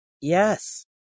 Yes